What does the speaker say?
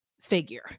figure